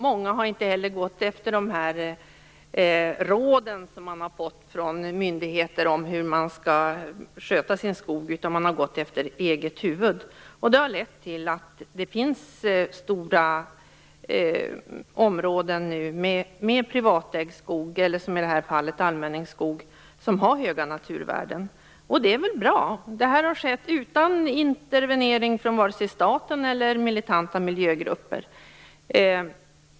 Många har inte heller gått efter de råd som de har fått från myndigheter om hur de skall sköta sin skog, utan de har gått efter eget huvud. Det har lett till att det nu finns stora områden med privatägd skog, eller som i det här fallet allmänningsskog, som har höga naturvärden. Det är väl bra. Det har skett utan intervenering från vare sig staten eller militanta miljögrupper.